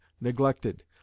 neglected